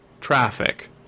traffic